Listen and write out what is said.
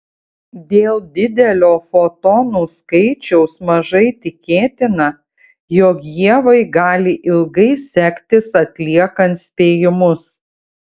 dėl didelio fotonų skaičiaus mažai tikėtina jog ievai gali ilgai sektis atliekant spėjimus